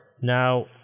Now